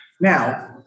Now